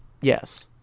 Yes